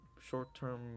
short-term